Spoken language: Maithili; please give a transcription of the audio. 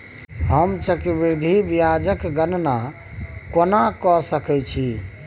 हम चक्रबृद्धि ब्याज केर गणना कोना क सकै छी